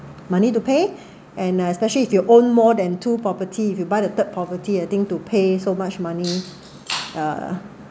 money to pay and uh especially if your own more than two property if you buy the third property I think to pay so much money uh